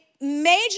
major